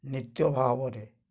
ନିତ୍ୟ ଭାବରେ